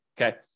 Okay